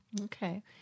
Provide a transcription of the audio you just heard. Okay